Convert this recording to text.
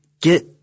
get